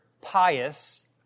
pious